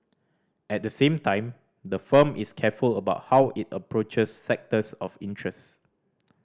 at the same time the firm is careful about how it approaches sectors of interest